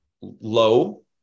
low